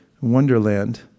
wonderland